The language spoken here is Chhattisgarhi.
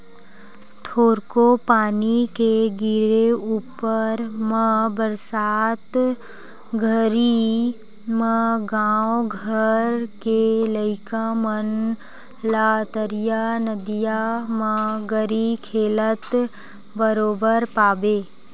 थोरको पानी के गिरे ऊपर म बरसात घरी म गाँव घर के लइका मन ला तरिया नदिया म गरी खेलत बरोबर पाबे